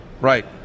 right